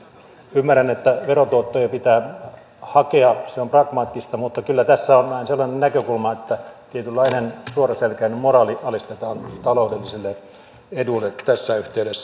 ymmärrän että verotuottoja pitää hakea se on pragmaattista mutta kyllä tässä on vähän sellainen näkökulma että tietynlainen suoraselkäinen moraali alistetaan taloudellisille eduille tässä yhteydessä